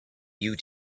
you